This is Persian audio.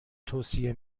توصیه